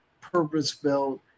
purpose-built